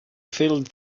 filled